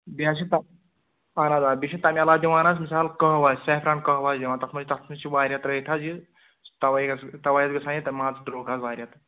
بیٚیہِ حظ چھِ اَہن حظ آ بیٚیہِ چھِ تَمہِ علاوٕ دِوان حظ مِثال قہوا سیفران قہوٕ حظ یِوان تَتھ منٛز تَتھ منٛز چھِ واریاہ ترٛٲوِتھ حظ یہِ تَوَے گژھ تَوَے حظ گژھان یہِ تَمہِ مازٕ درٛۅگ حظ واریاہ تہٕ